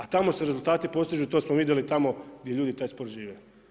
A tamo se rezultati postižu to smo vidjeli tamo gdje ljudi taj sport žive.